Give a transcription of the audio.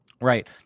Right